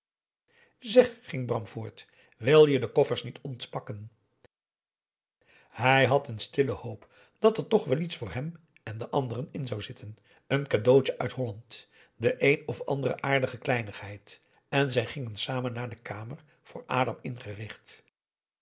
zeg ging bram voort wil je de koffers niet ontpakken hij had een stille hoop dat er toch wel iets voor hem en de anderen in zou zitten een cadeautje uit holland de een of andere aardige kleinigheid en zij gingen samen naar de kamer voor adam ingericht